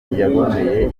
yaboneye